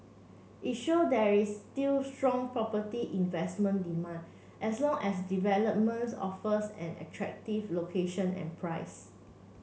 it show there is still strong property investment demand as long as a developments offers an attractive location and price